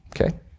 Okay